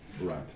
Right